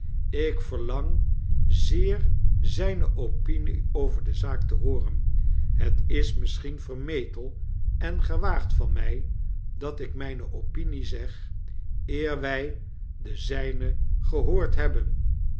ik verlang zeer zgne opinie over de zaak te hooren het is misschien vermetel en gewaagd van mg dat ik mijne opinie zeg eer wg de zgne gehoord hebben